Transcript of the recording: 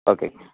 okay